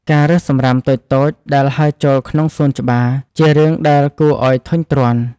ការរើសសម្រាមតូចៗដែលហើរចូលក្នុងសួនច្បារ ជារឿងដែលគួរឱ្យធុញទ្រាន់។